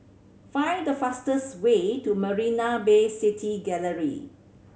find the fastest way to Marina Bay City Gallery